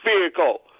vehicle